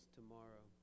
tomorrow